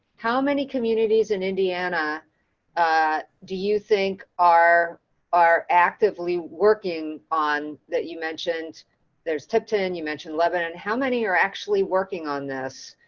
how many communities in indiana do you think are are actively working on that? you mentioned there's tipton and you mentioned lebanon. how many are actually working on this?